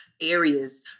areas